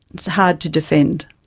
it's hard to defend.